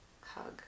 hug